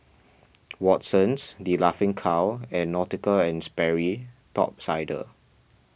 Watsons the Laughing Cow and Nautica and Sperry Top Sider